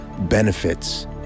benefits